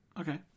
Okay